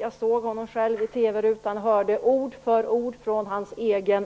Jag såg honom i TV-rutan och hörde honom ord för ord säga: